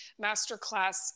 Masterclass